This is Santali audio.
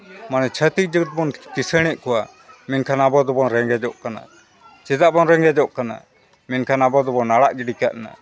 ᱢᱟᱱᱮ ᱪᱷᱟᱹᱛᱤᱠ ᱡᱟᱹᱛ ᱵᱚᱱ ᱠᱤᱥᱟᱹᱬᱮᱫ ᱠᱚᱣᱟ ᱢᱮᱱᱠᱷᱟᱱ ᱟᱵᱚ ᱫᱚᱵᱚᱱ ᱨᱮᱸᱜᱮᱡᱚᱜ ᱠᱟᱱᱟ ᱪᱮᱫᱟᱜ ᱵᱚᱱ ᱨᱮᱸᱜᱮᱡᱚᱜ ᱠᱟᱱᱟ ᱢᱮᱱᱠᱷᱟᱱ ᱟᱵᱚ ᱫᱚᱵᱚᱱ ᱟᱲᱟᱜ ᱜᱤᱰᱤ ᱠᱟᱣᱱᱟ